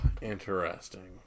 Interesting